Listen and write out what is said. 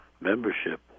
membership